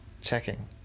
checking